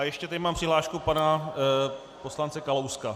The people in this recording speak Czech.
Ještě tady mám přihlášku pana poslance Kalouska.